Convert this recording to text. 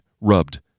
rubbed